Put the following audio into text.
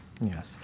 Yes